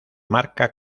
marca